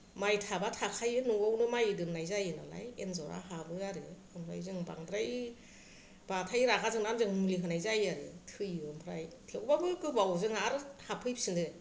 माइ थाबा थाखायो न'आवनो माइ दोननाय जायो नालाय एन्जरा हाबो आरो ओमफ्राय जों बांद्राय बाथाय रागा जोंनानै जों मुलि होनाय जायो आरो थैयो ओमफ्राय थेवबाबो गोबावजों आरो हाबफैफिनो